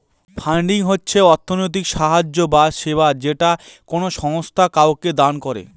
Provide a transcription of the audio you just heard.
funding হচ্ছে অর্থনৈতিক সাহায্য বা সেবা যেটা কোনো সংস্থা কাউকে দান করে